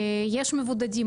יש מבודדים?